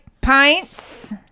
pints